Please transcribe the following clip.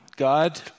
God